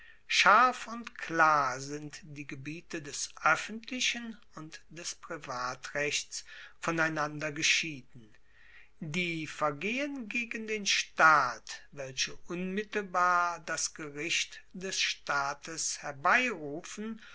scharf und klar sind die gebiete des oeffentlichen und des privatrechts voneinander geschieden die vergehen gegen den staat welche unmittelbar das gericht des staates herbeirufen